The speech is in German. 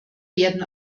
werden